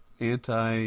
anti